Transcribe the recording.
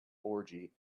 orgy